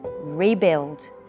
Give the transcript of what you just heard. rebuild